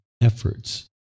efforts